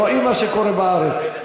רואים מה קורה בארץ.